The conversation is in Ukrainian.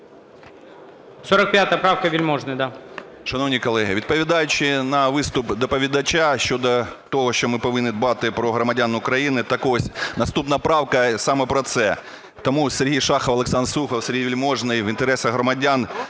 Шановні колеги, відповідаючи на виступ доповідача щодо того, що ми повинні дбати про громадян України, так ось, наступна правка саме про це. Тому Сергій Шахов, Олександр Сухов, Сергій Вельможний в інтересах громадян